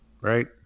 right